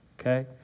okay